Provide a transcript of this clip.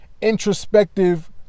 introspective